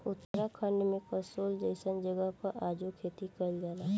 उत्तराखंड में कसोल जइसन जगह पर आजो खेती कइल जाला